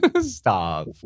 Stop